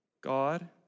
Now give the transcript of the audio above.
God